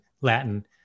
latin